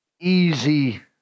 easy